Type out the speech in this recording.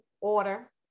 order